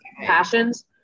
passions